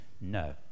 No